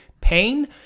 pain